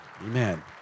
Amen